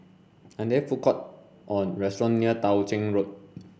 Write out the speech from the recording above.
are there food court or restaurant near Tao Ching Road